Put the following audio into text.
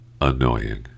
annoying